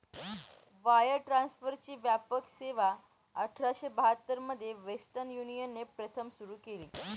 wire ट्रान्सफरची व्यापक सेवाआठराशे बहात्तर मध्ये वेस्टर्न युनियनने प्रथम सुरू केली